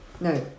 No